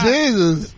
Jesus